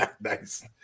Nice